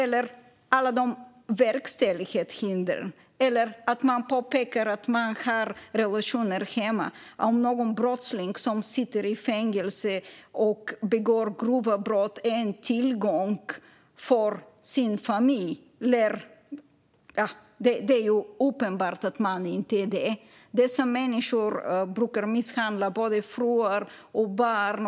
Det gäller även verkställighetshinder eller att någon påpekar att de har relationer hemma - det är ju uppenbart att en brottsling som sitter i fängelse och har begått grova brott inte är en tillgång för sin familj. Dessa människor brukar misshandla både fruar och barn.